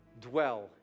dwell